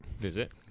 Visit